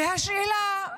והשאלה,